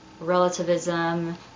relativism